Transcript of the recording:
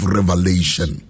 Revelation